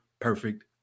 perfect